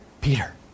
Peter